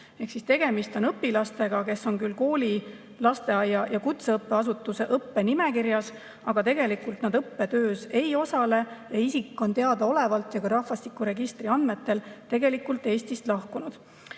tegemist on õpilastega, kes on küll kooli, lasteaia või kutseõppeasutuse õppenimekirjas, aga tegelikult nad õppetöös ei osale ja on teadaolevalt ja rahvastikuregistri andmetel Eestist lahkunud.